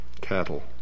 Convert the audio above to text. cattle